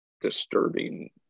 disturbing